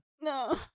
No